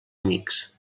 amics